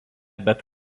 bet